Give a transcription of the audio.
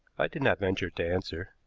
i did not venture to answer.